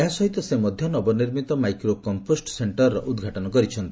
ଏହା ସହିତ ସେ ମଧ ନବନିରିମିତ ମାଇକ୍ରୋ କମ୍ମୋଷ୍ ସେଣ୍ଟର ଉଦ୍ଘାଟନ କରିଛନ୍ତି